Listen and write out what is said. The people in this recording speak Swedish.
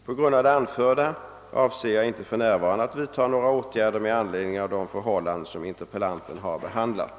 På grund av det anförda avser jag inte för närvarande att vidta några åtgärder med anledning av de förhållanden som interpellanten har behandlat.